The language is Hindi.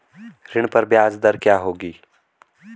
ऋण पर ब्याज दर क्या होगी?